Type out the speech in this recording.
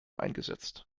eingesetzt